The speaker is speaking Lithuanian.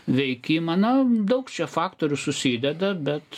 veikimą na daug čia faktorių susideda bet